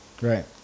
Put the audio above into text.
Right